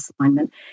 assignment